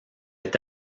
est